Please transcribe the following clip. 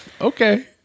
Okay